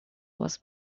was